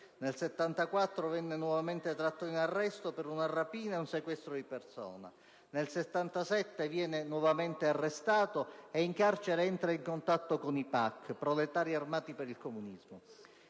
Nel 1974 venne nuovamente tratto in arresto per una rapina e sequestro di persona. Nel 1977 di nuovo arrestato, sempre per rapina, e in carcere entrò in contatto con i Proletari armati per il comunismo